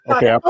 Okay